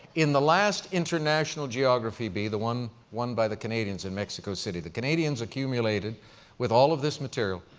in the last international geography bee, the one won by the canadians in mexico city, the canadians accumulated with all of this material,